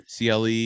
CLE